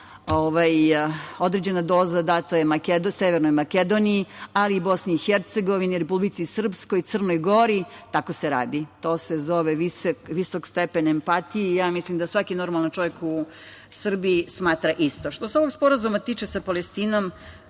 određena doza je data Severnoj Makedoniji, ali i Bosni i Hercegovini, Republici Srpskoj i Crnoj Gori. Tako se radi. To se zove visok stepen empatije. Mislim da svaki normalan čovek u Srbiji smatra isto. Što se tiče ovog sporazuma sa Palestinom,